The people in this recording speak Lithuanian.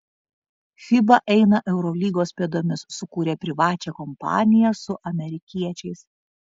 fiba eina eurolygos pėdomis sukūrė privačią kompaniją su amerikiečiais